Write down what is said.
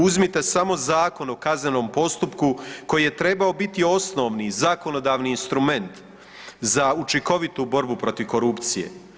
Uzmite samo Zakon o kaznenom postupku koji je trebao biti osnovni zakonodavni instrument za učinkovitu borbu protiv korupcije.